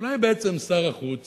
אולי בעצם שר החוץ